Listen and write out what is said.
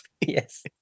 Yes